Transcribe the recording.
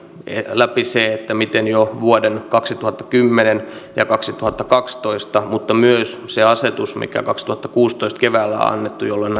läpi se miten jo vuoden kaksituhattakymmenen ja kaksituhattakaksitoista muutokset mutta myös se asetus mikä kaksituhattakuusitoista keväällä on annettu jolloin